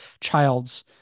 child's